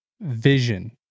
vision